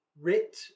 writ